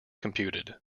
computed